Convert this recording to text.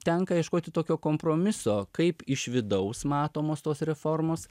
tenka ieškoti tokio kompromiso kaip iš vidaus matomos tos reformos